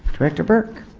director burke